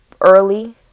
early